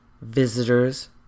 visitors